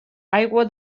aigua